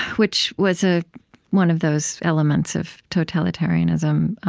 which was ah one of those elements of totalitarianism,